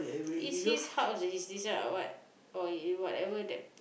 is his house or is this what or whatever that